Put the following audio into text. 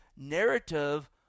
narrative